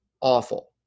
awful